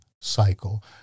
cycle